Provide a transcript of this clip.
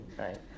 right